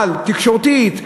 אבל תקשורתית,